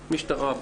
משטרה,